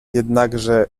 jednakże